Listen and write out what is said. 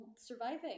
surviving